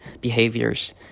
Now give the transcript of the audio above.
behaviors